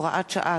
הוראת שעה),